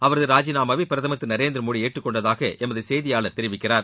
அவரது ராஜினாமாவை பிரதமர் திரு நரேந்திரமோடி ஏற்றக் கொண்டதாக எமது செய்தியாளர் தெரிவிக்கிறார்